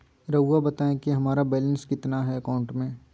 रहुआ बताएं कि हमारा बैलेंस कितना है अकाउंट में?